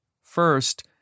First